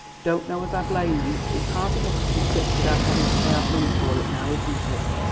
don't know as i blame em it's hard enough to be sick without having to pay out money for it now, isn't it?